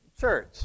church